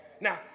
Now